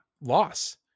loss